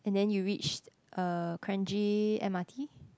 and then you reached uh Kranji M_R_T